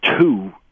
two